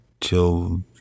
till